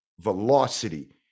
velocity